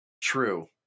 True